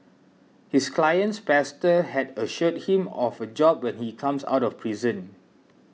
his client's pastor has assured him of a job when he comes out of prison